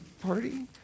Party